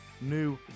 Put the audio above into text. new